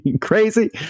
Crazy